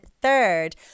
third